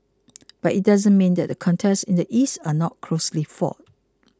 but it doesn't mean that the contests in the East are not closely fought